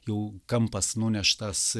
jau kampas nuneštas